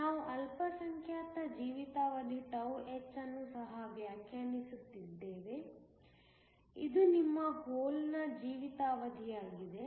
ನಾವು ಅಲ್ಪಸಂಖ್ಯಾತ ಜೀವಿತಾವಧಿ τh ಅನ್ನು ಸಹ ವ್ಯಾಖ್ಯಾನಿಸಿದ್ದೇವೆ ಇದು ನಿಮ್ಮ ಹೋಲ್ನ ಜೀವಿತಾವಧಿಯಾಗಿದೆ